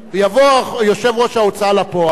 יבוא יושב-ראש ההוצאה לפועל,